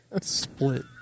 Split